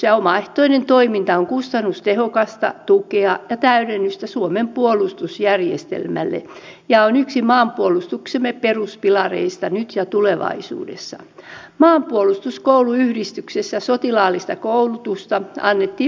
minusta tämä välikysymys on osoittanut tarpeellisuutensa ja käytetään tätä tilaisuutta ei nyt menneiden tai yksittäistapausten ruodintaan vaan siihen kun täällä on myös nyt hallituspuolueidenkin taholta tunnustettu se tosiasia että lainsäädäntötyön prosessointi vaatii kehittämistä että on puutteita